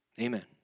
Amen